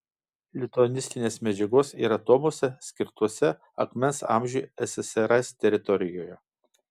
lituanistinės medžiagos yra tomuose skirtuose akmens amžiui ssrs teritorijoje